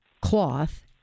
cloth